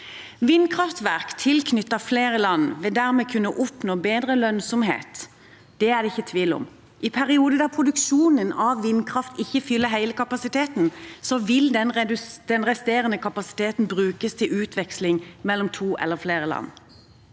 Vindkraftverk tilknyttet flere land vil dermed kunne oppnå bedre lønnsomhet. Det er det ikke tvil om. I perioder der produksjonen av vindkraft ikke fyller hele kapasiteten, vil den resterende kapasiteten brukes til utveksling mellom to eller flere land.